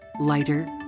Lighter